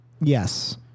yes